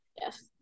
Yes